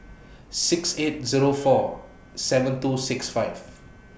six eight Zero four seven two six five